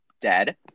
dead